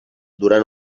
durant